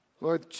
Lord